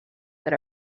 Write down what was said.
that